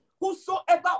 Whosoever